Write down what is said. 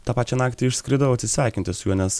tą pačią naktį išskridau atsisveikinti su juo nes